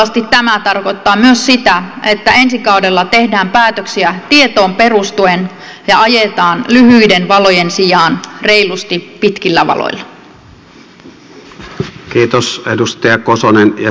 toivottavasti tämä tarkoittaa myös sitä että ensi kaudella tehdään päätöksiä tietoon perustuen ja ajetaan lyhyiden valojen sijaan reilusti pitkillä valoilla